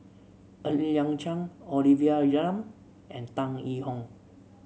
Ng Liang Chiang Olivia Lum and Tan Yee Hong